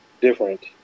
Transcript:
different